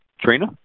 Trina